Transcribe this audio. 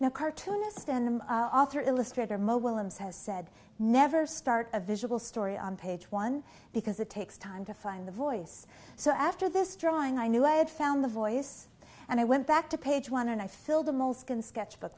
no cartoonist and author illustrator mobile him says said never start a visual story on page one because it takes time to find the voice so after this drawing i knew i had found the voice and i went back to page one and i filled a mole skin sketchbook